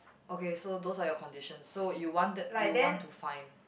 okay so those are your condition so you wanted you want to find